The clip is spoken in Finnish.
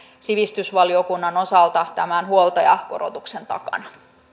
sivistysvaliokunnan osalta tämän huoltajakorotuksen takana